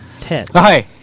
Ten